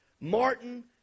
Martin